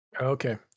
okay